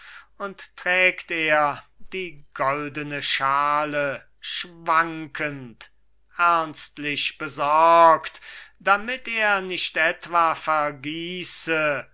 und trägt er die goldene schale schwankend ernstlich besorgt damit er nicht etwa vergieße